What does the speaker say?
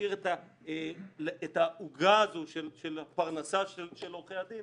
ולהשאיר את העוגה הזאת של הפרנסה של עורכי הדין